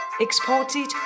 Exported